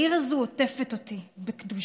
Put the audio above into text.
העיר הזאת עוטפת אותי בקדושתה,